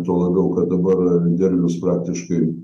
juo labiau kad dabar derliaus praktiškai